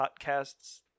Podcasts